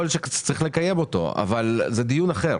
יכול להיות שצריך לקיים אותו אבל זה דיון אחר.